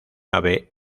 ave